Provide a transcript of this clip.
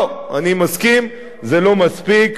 לא, אני מסכים, זה לא מספיק,